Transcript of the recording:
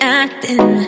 acting